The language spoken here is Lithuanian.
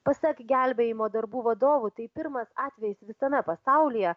pasak gelbėjimo darbų vadovų tai pirmas atvejis visame pasaulyje